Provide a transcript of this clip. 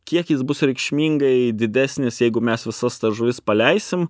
kiek jis bus reikšmingai didesnis jeigu mes visas tas žuvis paleisim